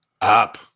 Up